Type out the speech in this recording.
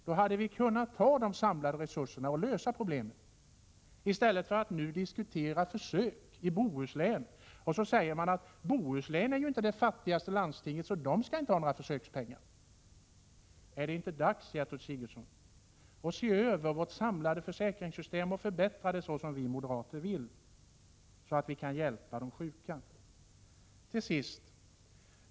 Då hade vi kunnat ta av de samlade resurserna och lösa problemen, i stället för att — som nu är fallet — diskutera försök i Bohuslän. Man säger: Landstinget i Bohuslän är ju inte det fattigaste landstinget, så där skall man inte ha några försökspengar. Är det således inte dags, Gertrud Sigurdsen, att se över vårt samlade försäkringssystem och att förbättra det på det sätt som vi moderater förespråkar? Då skulle vi kunna hjälpa de sjuka. Till sist.